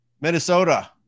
minnesota